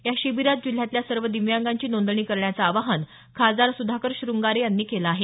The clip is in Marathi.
या शिबिरात जिल्ह्यातल्या सर्व दिव्यांगांची नोंदणी करण्याचं आवाहन खासदार सुधाकर शंगारे यांनी केलं आहे